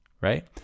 right